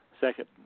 second